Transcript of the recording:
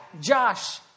Josh